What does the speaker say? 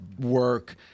work